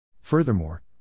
Furthermore